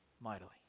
mightily